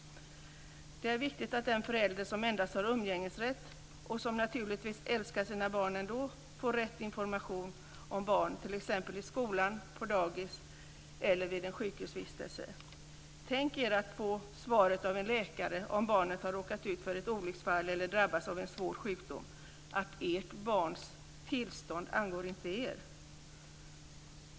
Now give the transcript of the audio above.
Det är viktigt att den förälder som endast har umgängesrätt och som naturligtvis älskar sina barn ändå får rätt till information om barnen, t.ex. i skolan, på dagis eller vid en sjukhusvistelse. Tänk er att få svaret av en läkare om barnet har råkat ut för ett olycksfall eller drabbas av en svår sjukdom: Ert barns tillstånd angår inte er.